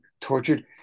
tortured